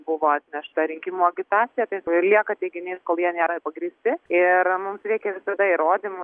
buvo atnešta rinkimų agitacija taip ir lieka teiginys kol jie nėra pagrįsti ir mums reikia visada įrodymų